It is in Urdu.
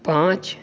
پانچ